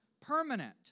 permanent